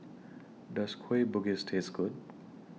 Does Kueh Bugis Taste Good